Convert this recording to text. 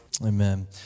Amen